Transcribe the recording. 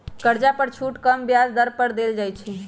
कर्जा पर छुट कम ब्याज दर पर देल जाइ छइ